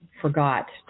forgot